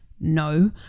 no